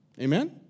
amen